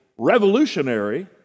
Revolutionary